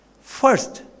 first